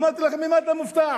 אמרתי לכם, ממה אתה מופתע?